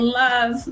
love